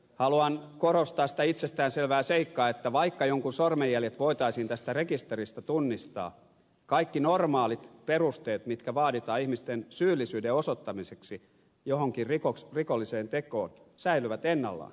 haluan korostaa sitä itsestäänselvää seikkaa että vaikka jonkun sormenjäljet voitaisiin tästä rekisteristä tunnistaa kaikki normaalit perusteet mitkä vaaditaan ihmisten syyllisyyden osoittamiseksi johonkin rikolliseen tekoon säilyvät ennallaan